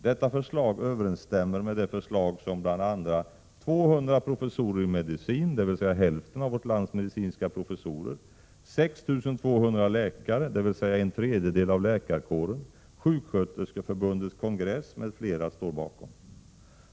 Detta förslag överensstämmer med det förslag som bl.a. 200 professorer i medicin, dvs. hälften av vårt lands medicinska professorer, 6 200 läkare, dvs. en tredjedel av läkarkåren, Sjuksköterskeförbundets kongress m.fl. står bakom.